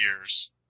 years